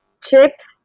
chips